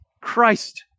Christ